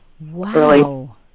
Wow